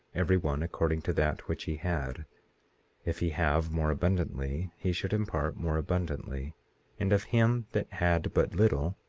every one according to that which he had if he have more abundantly he should impart more abundantly and of him that had but little,